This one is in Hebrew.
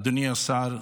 אדוני השר,